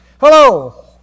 hello